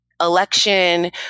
election